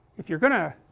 if you are going to